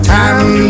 time